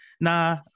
nah